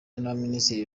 abaminisitiri